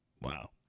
Wow